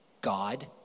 God